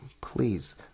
please